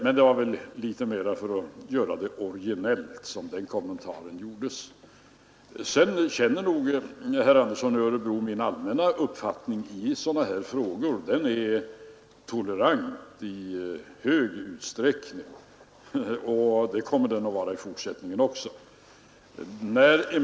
— Men det var väl för att det skulle bli litet originellt som den kommentaren gjordes. Herr Andersson i Örebro känner nog till min allmänna uppfattning i sådana frågor — den är tolerant i hög grad, och det kommer den att vara i fortsättningen också.